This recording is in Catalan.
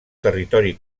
territori